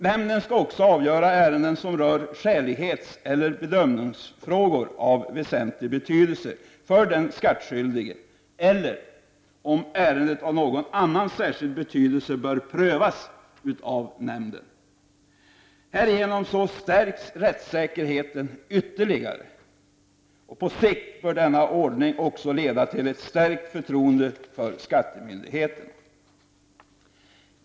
Nämnden skall också avgöra ärenden som rör skälighetseller bedömningsfrågor av väsentlig betydelse för den skattskyldige eller ärenden som av någon annan särskild anledning bör prövas av nämnden. Härigenom stärks rättssäkerheten ytterligare. På sikt bör denna ordning också leda till ett stärkt förtroende för skattemyndigheterna.